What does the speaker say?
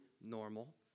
normal